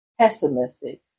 pessimistic